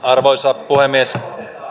arvoisa puhemies